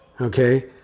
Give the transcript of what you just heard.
okay